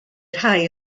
rhai